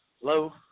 Hello